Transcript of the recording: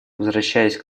возвращаясь